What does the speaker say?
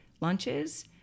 lunches